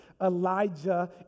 Elijah